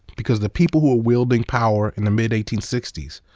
because the people who were wielding power in the mid eighteen sixty s,